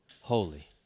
holy